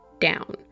down